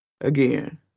again